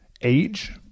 Age